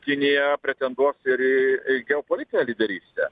kinija pretenduos ir į į geopolitinę lyderystę